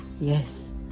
yes